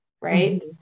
right